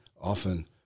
often